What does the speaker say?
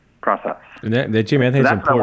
process